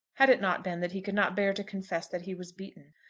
had it not been that he could not bear to confess that he was beaten.